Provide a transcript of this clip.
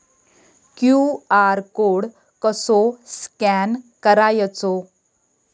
QR code कसो scan करायचो?